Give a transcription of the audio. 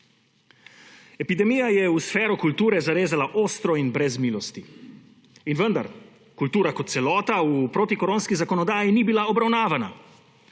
Epidemija je v sfero kulture zarezala ostro in brez milosti in vendar, kultura kot celota v protikoronski zakonodaji ni bila obravnavana,